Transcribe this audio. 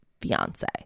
fiance